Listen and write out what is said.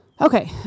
Okay